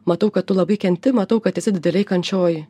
matau kad tu labai kenti matau kad esi didelėj kančioj